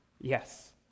yes